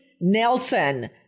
Nelson